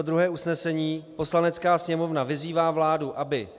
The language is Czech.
Druhé usnesení: Poslanecká sněmovna vyzývá vládu, aby